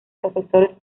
profesor